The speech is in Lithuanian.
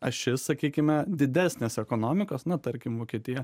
ašis sakykime didesnės ekonomikos na tarkim vokietija